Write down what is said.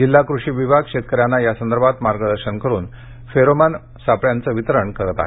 जिल्हा कृषी विभाग शेतकऱ्यांना यासंदर्भात मार्गदर्शन करून फेरोमन सापळ्यांचं वितरण करत आहे